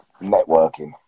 networking